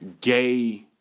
gay